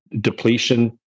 depletion